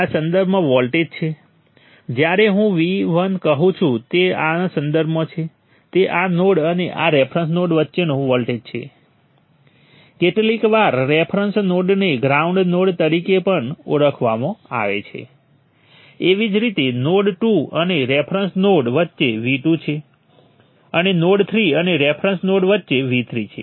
તેથી મેં તેના ઉપર ભાર મૂક્યો છે તેથી જ્યારે આપણે નોડલ એનાલિસિસ કહીએ છીએ એટલે કે નોડલ એનાલિસિસનો અર્થ શું છે જો કે તમામ બ્રાન્ચ વોલ્ટેજ અને બ્રાન્ચ કરંટ મેળવવા માટે તમારે આ પણ કરવાની જરૂર છે